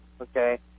okay